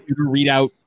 readout